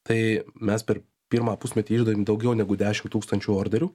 tai mes per pirmą pusmetį išdavėm daugiau negu dešim tūkstančių orderių